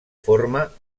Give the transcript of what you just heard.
forma